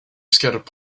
scattered